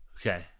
Okay